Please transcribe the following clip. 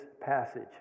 passage